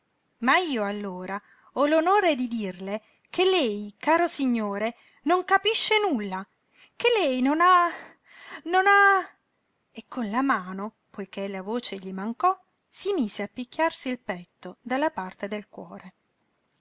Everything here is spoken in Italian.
ma io allora ho l'onore di dirle che lei caro signore non capisce nulla che lei non ha non ha e con la mano poiché la voce gli mancò si mise a picchiarsi il petto dalla parte del cuore